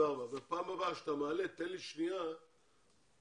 המועצה הישראלית לצרכנות.